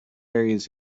areas